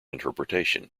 interpretation